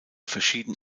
verschieden